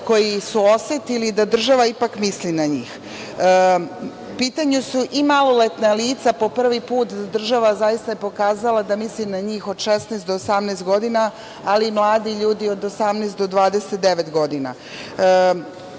koji su osetili da država ipak misli na njih. U pitanju su i maloletna lica, po prvi put država je zaista pokazala da mislim na njih, od 16 do 18 godina, ali i mladi ljudi od 18 do 29 godina. Ono